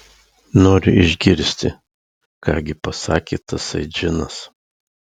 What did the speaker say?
noriu išgirsti ką gi pasakė tasai džinas